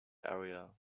area